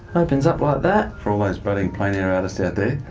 opens up like that. for all those budding plein air artists out there.